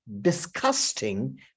disgusting